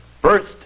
First